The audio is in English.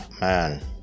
Man